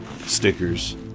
stickers